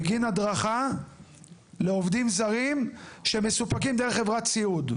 בגין הדרכה לעובדים זרים שמסופקים דרך חברת סיעוד.